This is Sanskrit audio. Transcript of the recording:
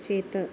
चेत्